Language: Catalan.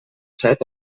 set